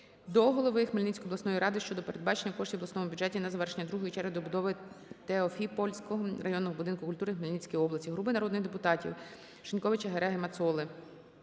до голови Хмельницької обласної ради щодо передбачення коштів в обласному бюджеті на завершення другої черги добудови Теофіпольського районного будинку культури у Хмельницькій області. Групи народних депутатів (Шиньковича, Гереги, Мацоли)